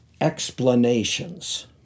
explanations